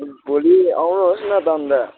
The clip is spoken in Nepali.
भोलि आउनुहोस् न त अन्त